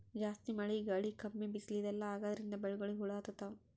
ಜಾಸ್ತಿ ಮಳಿ ಗಾಳಿ ಕಮ್ಮಿ ಬಿಸ್ಲ್ ಇದೆಲ್ಲಾ ಆಗಾದ್ರಿಂದ್ ಬೆಳಿಗೊಳಿಗ್ ಹುಳಾ ಹತ್ತತಾವ್